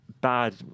bad